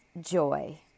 joy